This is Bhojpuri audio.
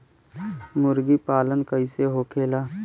मुर्गी पालन कैसे होखेला?